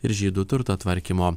ir žydų turto tvarkymo